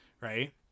Right